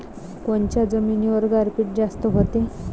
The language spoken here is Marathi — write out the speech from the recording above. कोनच्या जमिनीवर गारपीट जास्त व्हते?